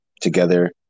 together